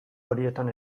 horietan